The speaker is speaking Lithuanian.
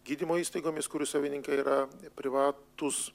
gydymo įstaigomis kurių savininkai yra privatūs